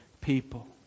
people